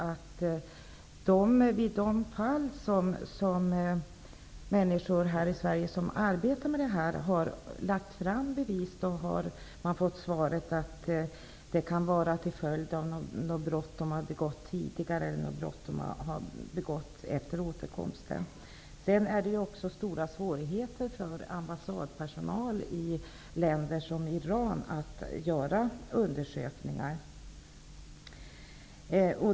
I de fall då människor här i Sverige som arbetar med detta har lagt fram bevis för att människor hålls fångna, har de fått svaret att det kan vara till följd av ett brott som begåtts tidigare eller ett brott som begåtts efter återkomsten. Sedan finns det ju också stora svårigheter för ambassadpersonalen i länder som Iran att göra undersökningar.